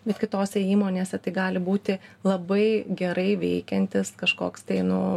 bet kitose įmonėse tai gali būti labai gerai veikiantis kažkoks tai nu